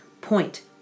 Point